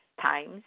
times